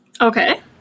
Okay